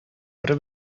бер